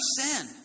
sin